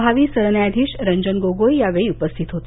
भावी सरन्यायाधीश रंजन गोगोई या वेळी उपस्थित होते